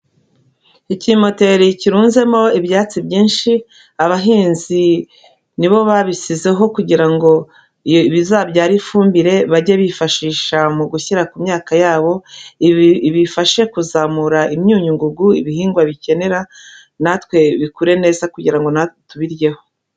Ikimoteri kirunzemo ibyatsi byinshi abahinzi ni bo babisiho kugira ngo bizabyara ifumbire bajye bifashisha mu gushyira ku myaka yabo ibifashe kuzamura imyunyu ngugu ibihingwa bikenera natwe bikure neza kugira ngo natwe tubiryeho.